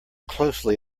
closely